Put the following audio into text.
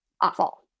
awful